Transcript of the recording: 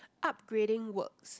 upgrading works